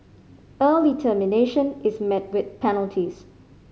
early termination is met with penalties